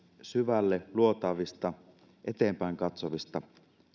syvälle luotaavista eteenpäin katsovista